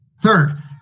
Third